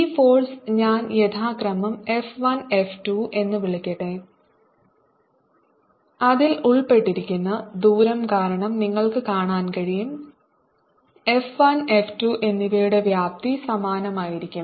ഈ ഫോഴ്സ് ഞാൻ യഥാക്രമം F 1 F 2 എന്ന് വിളിക്കട്ടെ അതിൽ ഉൾപ്പെട്ടിരിക്കുന്ന ദൂരം കാരണം നിങ്ങൾക്ക് കാണാൻ കഴിയും F 1 F 2 എന്നിവയുടെ വ്യാപ്തി സമാനമായിരിക്കും